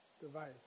device